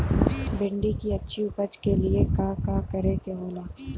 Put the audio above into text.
भिंडी की अच्छी उपज के लिए का का करे के होला?